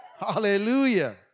Hallelujah